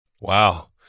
Wow